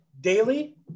daily